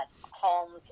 homes